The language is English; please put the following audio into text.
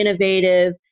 innovative